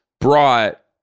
brought